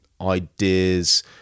ideas